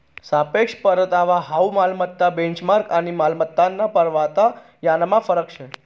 सापेक्ष परतावा हाउ मालमत्ता बेंचमार्क आणि मालमत्ताना परतावा यानमा फरक शे